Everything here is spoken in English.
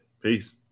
Peace